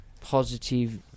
positive